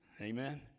amen